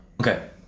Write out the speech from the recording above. okay